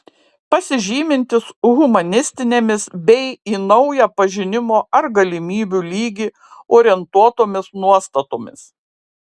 pasižymintis humanistinėmis bei į naują pažinimo ar galimybių lygį orientuotomis nuostatomis